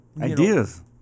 ideas